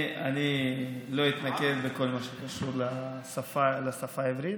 אני לא אתנגד לכל מה שקשור לשפה העברית,